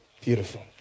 beautiful